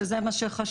שזה מה שחשוב,